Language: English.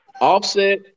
Offset